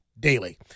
daily